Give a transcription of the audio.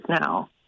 now